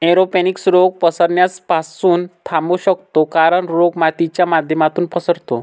aeroponics रोग पसरण्यास पासून थांबवू शकतो कारण, रोग मातीच्या माध्यमातून पसरतो